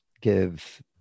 give